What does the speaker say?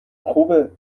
خوبه